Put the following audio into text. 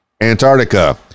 Antarctica